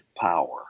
power